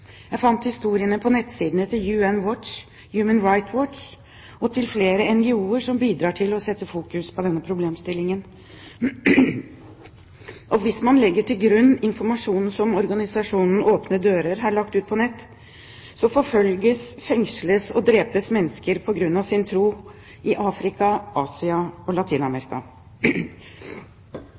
Jeg fant historiene på nettsidene til UN Watch, Human Rights Watch og til flere NGOer som bidrar til å sette fokus på denne problemstillingen. Hvis man legger til grunn informasjonen som organisasjonen Åpne Dører har lagt ut på nettet, så forfølges, fengsles og drepes mennesker på grunn av sin tro i Afrika, Asia og